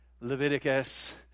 Leviticus